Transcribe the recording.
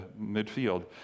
midfield